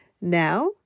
Now